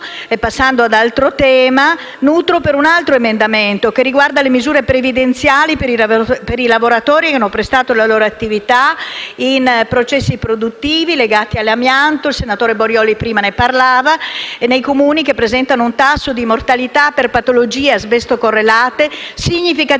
Passando ad altro tema, nutro un auspicio per un altro emendamento che riguarda le misure previdenziali per i lavoratori che hanno prestato la loro attività in processi produttivi legati all'amianto, argomento di cui prima parlava il senatore Borioli, nei Comuni che presentano un tasso di mortalità per patologie asbesto correlate significativamente